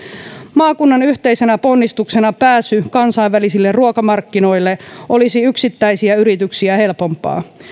maakunnan yhteisenä ponnistuksena pääsy kansainvälisille ruokamarkkinoille olisi yksittäisiä yrityksiä helpompaa